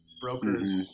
brokers